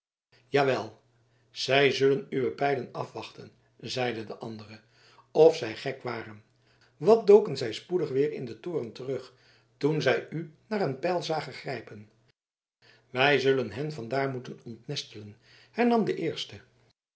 jawel zij zullen uwe pijlen afwachten zeide de andere of zij gek waren wat doken zij spoedig weer in den toren terug toen zij u naar een pijl zagen grijpen wij zullen hen van daar moeten ontnestelen hernam de eerste